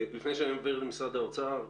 לפני שאני עובר למשרד האוצר,